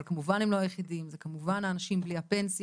אבל כמובן שהם לא יחידים, אלו אנשים בלי הפנסיה,